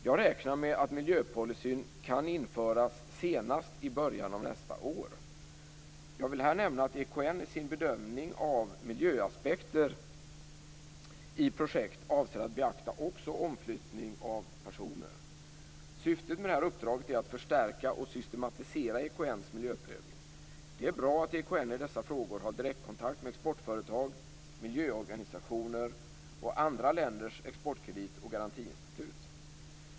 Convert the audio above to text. Jag räknar med att miljöpolicyn kan införas senast i början av nästa år. Jag vill här nämna att EKN i sin bedömning av miljöaspekter i projekt avser att beakta också omflyttning av personer. Syftet med det här uppdraget är att förstärka och systematisera EKN:s miljöprövning. Det är bra att EKN i dessa frågor har direktkontakt med exportföretag, miljöorganisationer och andra länders exportkredit och garantiinstitut.